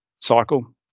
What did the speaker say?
cycle